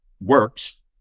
works